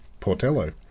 Portello